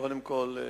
קודם כול,